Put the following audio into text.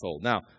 Now